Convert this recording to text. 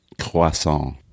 croissant